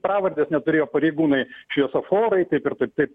pravardes net turėjo pareigūnai šviesoforai taip ir taip taip